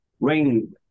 Rain